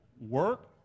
work